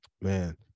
Man